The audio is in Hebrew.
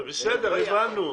הבנו,